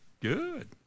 Good